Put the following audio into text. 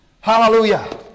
Hallelujah